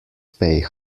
pay